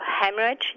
hemorrhage